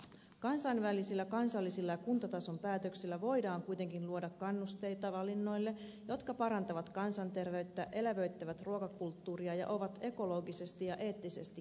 kansainvälisillä kansallisilla ja kuntatason poliittisilla päätöksillä voidaan kuitenkin luoda kannusteita valinnoille jotka parantavat kansanterveyttä elävöittävät ruokakulttuuria ja ovat ekologisesti ja eettisesti kestäviä